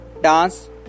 dance